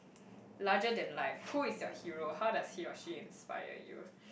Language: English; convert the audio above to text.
larger than life who is your hero how does he or she inspire you